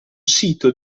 sito